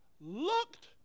looked